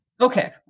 okay